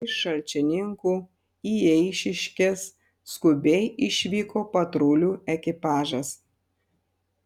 iš šalčininkų į eišiškes skubiai išvyko patrulių ekipažas